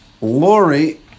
Lori